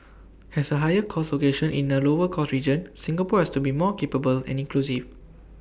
as A higher cost location in A lower cost region Singapore has to be more capable and inclusive